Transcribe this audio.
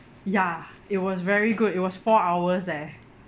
ya it was very good it was four hours leh